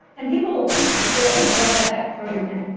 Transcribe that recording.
and people what the heck. throw your pen.